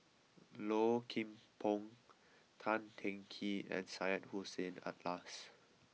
Low Kim Pong Tan Teng Kee and Syed Hussein Alatas